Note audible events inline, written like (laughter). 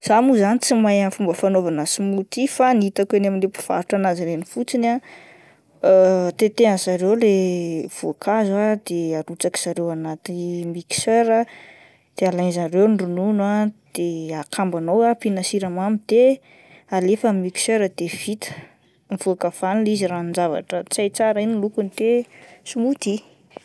Zah mo zany tsy mahay ny fomba fanaovana smoothie fa ny hitako eny amin'ilay mpivarotra anazy reny fotsiny ah (hesitation) tetehany zareo ilay voankazo ah de arotsaky zareo anaty mixer ah de alainy zareo ny ronono ah de akambana ao, ampiana siramamy de alefa ny mixer de vita, mivoaka avy any ilay izy ranon-javatra tsy hay tsara iny ny lokony de smoothie.